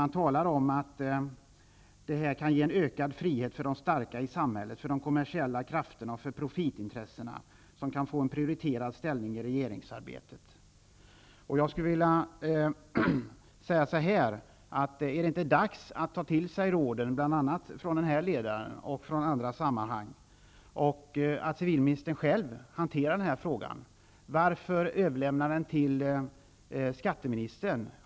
Där talar man om att detta kan ge en ökad frihet för de starka i samhället, för de kommersiella krafterna och för profitintressena. De kan få en prioriterad ställning i regeringsarbetet. Är det inte dags att ta till sig råden bl.a. från den här ledaren? Bör inte civilministern själv hantera den här frågan? Varför överlämnar hon den till skatteministern?